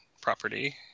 property